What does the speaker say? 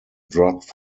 dropped